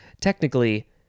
Technically